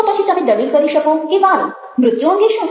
તો પછી તમે દલીલ કરી શકો કે વારુ મૃત્યુ અંગે શું